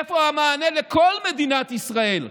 איפה המענה לכל מדינת ישראל?